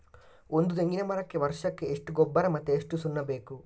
ಒಂದು ತೆಂಗಿನ ಮರಕ್ಕೆ ವರ್ಷಕ್ಕೆ ಎಷ್ಟು ಗೊಬ್ಬರ ಮತ್ತೆ ಎಷ್ಟು ಸುಣ್ಣ ಬೇಕು?